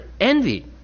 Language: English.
envy